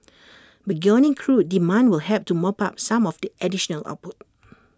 burgeoning crude demand will help to mop up some of the additional output